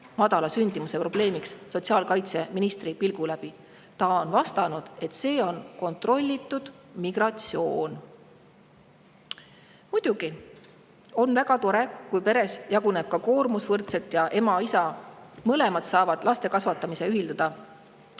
madala sündimuse probleemi lahendus. Ta on vastanud, et see on kontrollitud migratsioon. Muidugi, on väga tore, kui peres jaguneb koormus võrdselt ja ema-isa mõlemad saavad laste kasvatamise ühildada